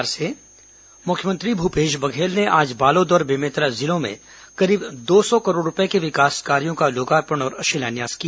मुख्यमंत्री बालोद बेमेतरा मुख्यमंत्री भूपेश बघेल ने आज बालोद और बेमेतरा जिलों में करीब दो सौ करोड़ रूपये के विकास कार्यो का लोकार्पण और शिलान्यास किया